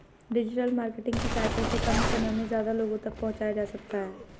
digital marketing की सहायता से कम समय में ज्यादा लोगो तक पंहुचा जा सकता है